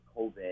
COVID